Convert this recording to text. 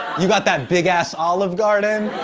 you got that big ass olive garden.